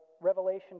Revelation